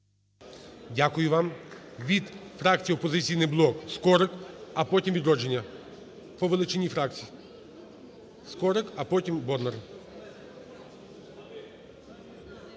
Дякую вам. Від фракції "Опозиційний блок" Скорик. А потім "Відродження", по величині фракцій. Скорик, а потім - Бондар.